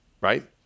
right